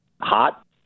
hot